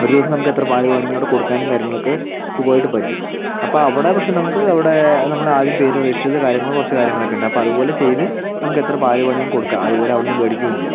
ഒരു ദിവസം നമുക്ക് എത്ര പാൽ വേണമെങ്കിലും അവിടെ കൊടുക്കാനും കാര്യങ്ങളൊക്കെ സുഖമായിട്ട് പറ്റും അപ്പം അവിടെ പക്ഷെ നമുക്ക് അവിടെ നമ്മൾ ആദ്യം പേര് രജിസ്റ്റർ ചെയ്ത് കാര്യങ്ങൾ കുറച്ച് കാര്യങ്ങളൊക്കെ ഉണ്ട് അപ്പം അതുപോലെ ചെയ്ത് നമുക്ക് എത്ര പാൽ വേണമെങ്കിലും കൊടുക്കാം അതുപോലെ അവിടെനിന്ന് മേടിക്കുകയും ചെയ്യാം